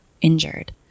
injured